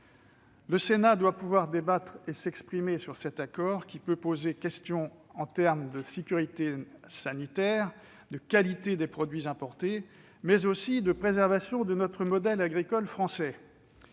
Le Sénat doit pouvoir débattre et s'exprimer sur cet accord, qui peut interroger en matière de sécurité sanitaire, de qualité des produits importés, mais aussi de préservation du modèle agricole français.